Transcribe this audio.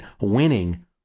winning